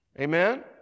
amen